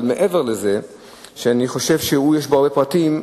אבל מעבר לזה שאני חושב שיש בחוק הרבה פרטים נכונים,